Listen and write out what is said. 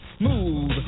Move